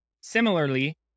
Similarly